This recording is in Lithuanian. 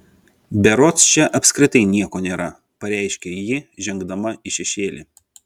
berods čia apskritai nieko nėra pareiškė ji žengdama į šešėlį